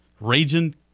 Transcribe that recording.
Raging